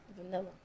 Vanilla